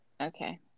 Okay